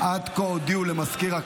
מירב בן